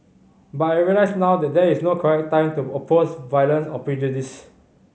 but I realise now that there is no correct time to oppose violence or prejudice